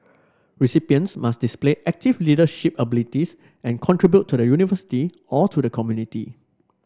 recipients must display active leadership abilities and contribute to the university or to the community